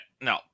no